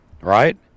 right